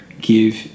give